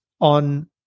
on